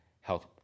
health